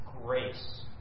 grace